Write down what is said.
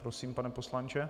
Prosím, pane poslanče.